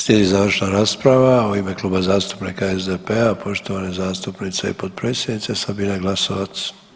Slijedi završna rasprava u ime Kluba zastupnika SDP-a, poštovane zastupnice i potpredsjednice Sabine Glasovac.